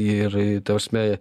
ir ta prasme